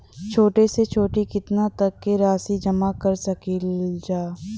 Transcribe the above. छोटी से छोटी कितना तक के राशि जमा कर सकीलाजा?